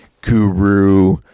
guru